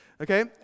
okay